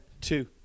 two